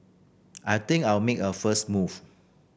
I think I will make a first move